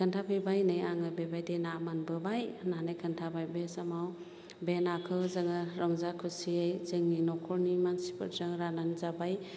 खोनथाफैबाय नै आङो बेबायदि ना मोनबोबाय होननानै खोनथाबाय बे समाव बे नाखौ जोङो रंजा खुसियै जोंनि न'खरनि मानसिफोरजों राननानै जाबाय